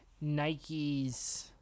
Nike's